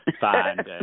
find